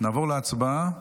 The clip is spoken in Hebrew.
נעבור להצבעה.